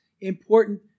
important